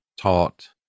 taught